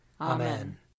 Amen